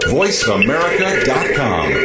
voiceamerica.com